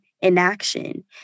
inaction